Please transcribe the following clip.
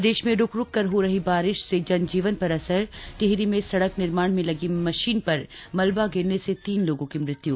प्रदेश में रुक रुक कर हो रही बारिश से जनजीवन पर असर टिहरी में सड़क निर्माण में लगी मशीन पर मलबा गिरने से तीन लोगों की मृत्यु